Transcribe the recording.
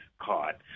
caught